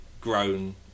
Grown